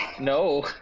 No